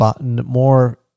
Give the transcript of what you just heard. more